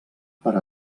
per